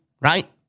right